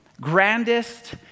grandest